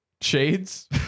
shades